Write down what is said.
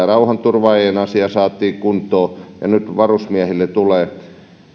rauhanturvaajien asia saatiin kuntoon kaksituhattaseitsemäntoista ja nyt varusmiehille tulee asia